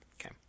Okay